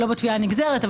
לא בתביעה הנגזרת,